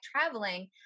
traveling